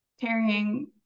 carrying